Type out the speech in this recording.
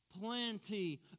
Plenty